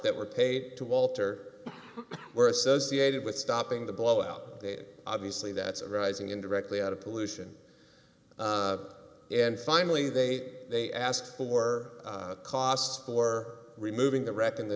that were paid to walter were associated with stopping the blowout they obviously that's arising indirectly out of pollution and finally they they asked for costs for removing the wreck in the